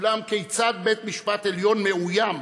כיצד בית משפט עליון מאוים,